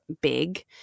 big